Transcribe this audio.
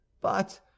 But